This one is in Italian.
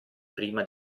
prima